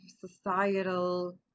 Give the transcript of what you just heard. societal